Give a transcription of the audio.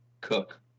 Cook